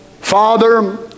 Father